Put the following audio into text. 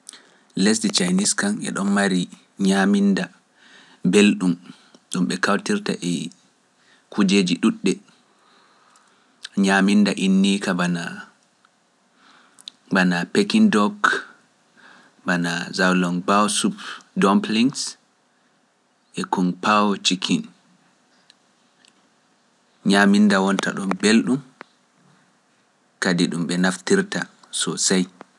Lesdi chineese kan eɗon mari ñaminda belɗum ɗum ɓe kawtirta e kujeeji ɗuuɗɗe ñaminda innika bana peking dog, bana jawloŋ baw soup, ɗum plinks e kum pawo chikin ñaminda wonta ɗum belɗum kadi ɗum ɓe naftirta so sey.